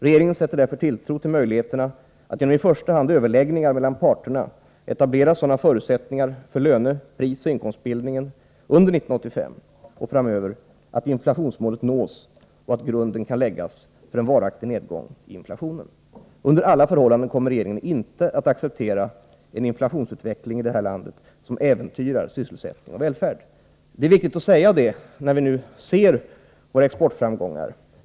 Regeringen sätter därför tilltro till möjligheterna att i första hand genom överläggningar mellan parterna etablera sådana förutsättningar för löne-, prisoch inkomstbildningen under 1985 och framöver att inflationsmålet kan uppnås och att grunden kan läggas för en varaktig nedgång i fråga om inflationen. Under alla förhållanden kommer regeringen inte att acceptera en inflationsutveckling i det här landet som äventyrar sysselsättning och välfärd. Det är viktigt att framhålla detta nu, när vi ser resultatet av våra exportframgångar.